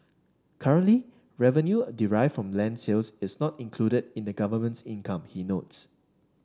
currently revenue derived from land sales is not included in the government's income he notes